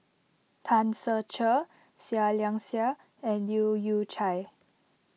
Tan Ser Cher Seah Liang Seah and Leu Yew Chye